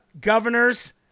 Governors